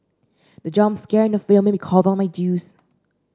the jump scare in the film made me cough out my juice